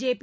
JP